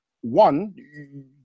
one